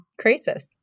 crisis